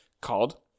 called